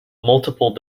multiple